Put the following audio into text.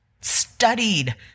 studied